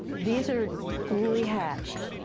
these are newly hatched.